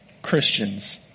Christians